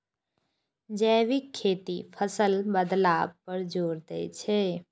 जैविक खेती फसल बदलाव पर जोर दै छै